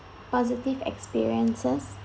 positive experiences